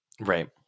Right